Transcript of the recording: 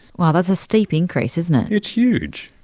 wow, that's a steep increase, isn't it. it's huge!